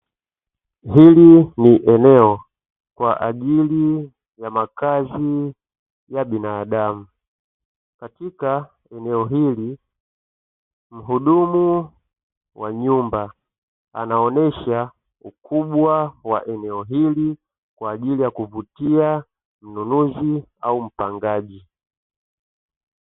Hili ni eneo kwa ajili ya makazi ya binadamu, katika eneo hili mhudumu wa nyumba anaonesha ukubwa wa eneo hili, kwa ajili ya kuvutia mnunuzi au mpangaji.